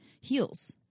heals